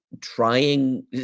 trying